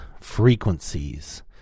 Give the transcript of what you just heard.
frequencies